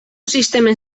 sistemen